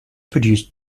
produced